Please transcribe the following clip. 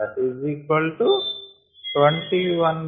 14 21